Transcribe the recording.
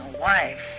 wife